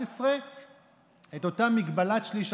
הדוחות האלה